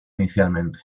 inicialmente